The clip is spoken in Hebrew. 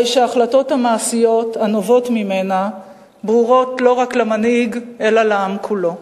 הרי שההחלטות המעשיות הנובעות ממנה ברורות לא רק למנהיג אלא לעם כולו.